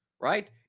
right